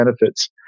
benefits